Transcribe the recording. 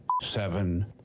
seven